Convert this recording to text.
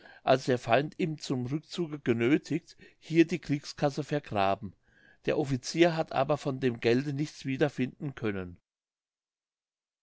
als der feind ihn zum rückzuge genöthigt hier die kriegskasse vergraben der offizier hat aber von dem gelde nichts wieder finden können